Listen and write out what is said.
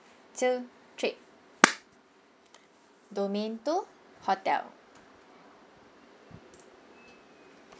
two three domain two hotel